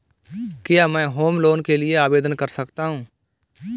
क्या मैं home loan के लिए आवेदन कर सकता हूं?